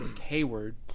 Hayward